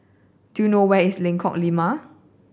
do you know where is Lengkong Lima